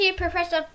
professor